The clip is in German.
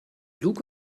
lug